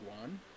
One